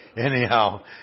anyhow